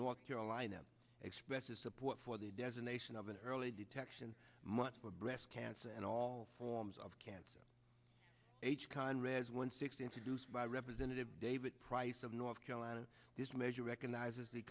north carolina expresses support for the designation of an early detection much for breast cancer and all forms of cancer h conrads one six introduced by representative david price of north carolina this measure recognizes the